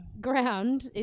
ground